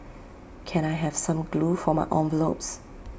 can I have some glue for my envelopes